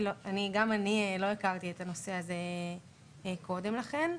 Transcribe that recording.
גם אני לא הכרתי את הנושא הזה קודם לכן,